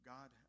God